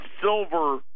silver